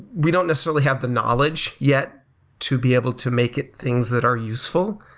we don't necessarily have the knowledge yet to be able to make it things that are useful,